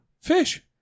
Fish